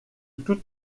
toute